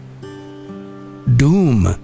Doom